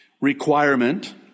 requirement